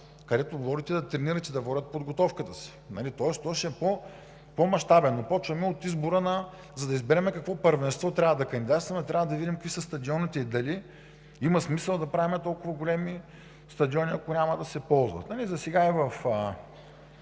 където могат да тренират и да водят подготовката си. Тоест то ще е по-мащабен, но започваме от избора. За да изберем за какво първенство трябва да кандидатстваме, трябва да видим какви са стадионите и дали има смисъл да правим толкова големи стадиони, ако няма да се ползват. Засега имаме